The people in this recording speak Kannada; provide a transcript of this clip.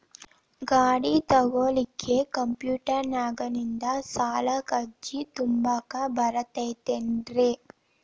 ಗಾಡಿ ತೊಗೋಳಿಕ್ಕೆ ಕಂಪ್ಯೂಟೆರ್ನ್ಯಾಗಿಂದ ಸಾಲಕ್ಕ್ ಅರ್ಜಿ ತುಂಬಾಕ ಬರತೈತೇನ್ರೇ?